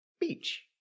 beach